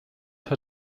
her